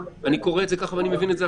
אני קורא את זה כך ואני מבין את זה אחרת.